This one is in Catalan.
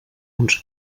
uns